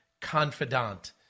confidant